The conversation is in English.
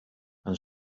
and